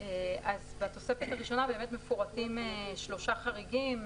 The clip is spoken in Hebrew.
בתוספת הראשונה מפורטים שלושה חריגים,